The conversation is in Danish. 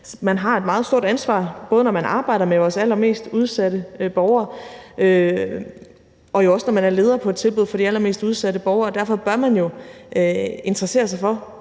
man har et meget stort ansvar, både når man arbejder med vores allermest udsatte borgere, og jo også når man er leder på et tilbud for de allermest udsatte borgere, og derfor bør man jo interessere sig for,